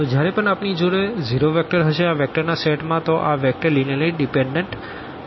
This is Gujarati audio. તો જયારે પણ આપણી જોડે ઝીરો વેક્ટર હશે આ વેક્ટર ના સેટ માં તો આ વેકટર લીનીઅર્લી ડીપેનડન્ટ હશે